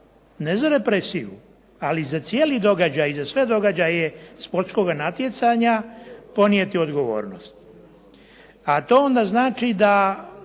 ne za represiju, ali za cijeli događaj i za sve događaje sportskoga natjecanja, ponijeti odgovornost. A to onda znači da